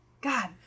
God